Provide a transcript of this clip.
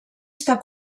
està